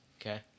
Okay